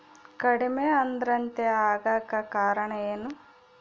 ಕಡಿಮೆ ಆಂದ್ರತೆ ಆಗಕ ಕಾರಣ ಏನು?